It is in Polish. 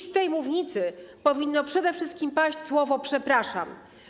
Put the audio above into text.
Dziś z tej mównicy powinno przede wszystkim paść słowo: przepraszam.